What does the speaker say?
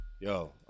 Yo